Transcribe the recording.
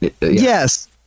Yes